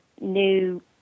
new